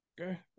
okay